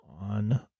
on